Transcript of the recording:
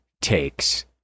takes